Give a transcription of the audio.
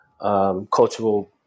cultural